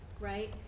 right